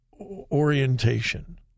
orientation